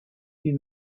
die